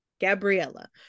gabriella